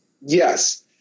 Yes